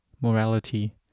morality